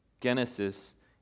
Genesis